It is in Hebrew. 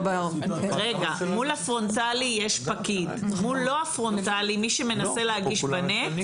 מול לא הפרונטלי מי שמנסה להגיש בנט